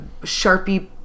sharpie